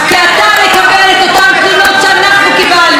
כי אתה מקבל את אותן תלונות שאנחנו קיבלנו.